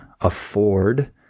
afford